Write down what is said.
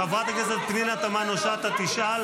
חברת הכנסת פנינה תמנו שטה תשאל.